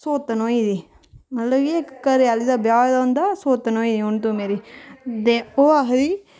सौतन होई गेदी मतलब कि इक घरैआह्ले दा ब्याह् होए दा होंदा सौतन होई गेई हून तूं मेरी ते ओह् आखदी